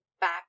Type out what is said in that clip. back